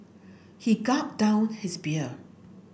he gulped down his beer